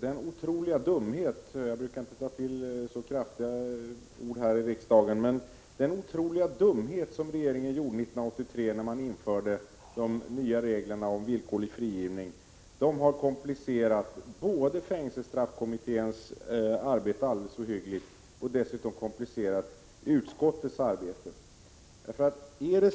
den otroliga dumhet — jag brukar normalt inte ta till så kraftiga uttryck här i riksdagen — som regeringen gjorde när den 1983 införde de nya reglerna om villkorlig frigivning alldeles ohyggligt har komplicerat fängelsestraffkommitténs arbete och dessutom försvårat utskottets arbete.